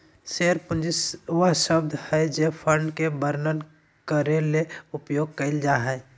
share पूंजी वह शब्द हइ जे फंड के वर्णन करे ले उपयोग कइल जा हइ